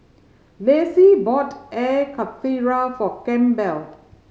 Lacy bought Air Karthira for Campbell